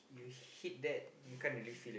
you hit that can't really feel any~